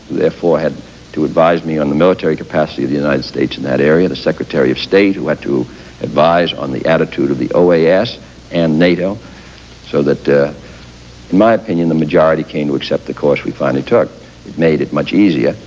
therefore had to advise me on the military capacity of the united states in that area. the secretary of state who had to advise on the attitude of the oas and nato so that in my opinion the majority came to accept the course we finally took. it made it much easier.